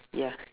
ya